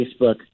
Facebook –